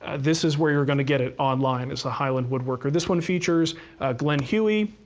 ah this is where you're going to get it online, is the highland woodworker. this one features glen huey,